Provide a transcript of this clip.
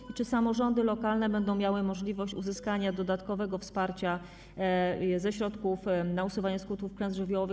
I czy samorządy lokalne będą miały możliwość uzyskania dodatkowego wsparcia ze środków na usuwanie skutków klęsk żywiołowych?